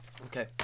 Okay